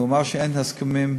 והוא אמר שאין הסכמים.